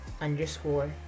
underscore